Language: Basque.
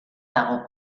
dago